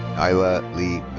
nylla lee